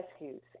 rescues